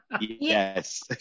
yes